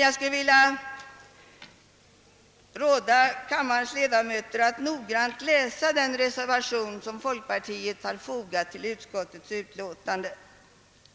Jag skulle emellertid vilja råda kammarens ledamöter att noggrant läsa den reservation som folkpartiets representanter har fogat till utskottets utlåtande